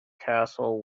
castle